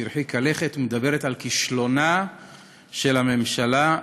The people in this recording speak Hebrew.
שהרחיקה לכת ומדברת על כישלונה של הממשלה,